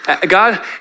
God